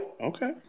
okay